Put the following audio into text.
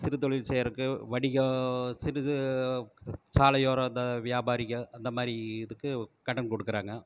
சிறு தொழில் செய்றதுக்கு வணிகம் சிறிது சாலையோர அந்த வியாபாரிகள் அந்த மாதிரி இதுக்கு கடன் கொடுக்குறாங்க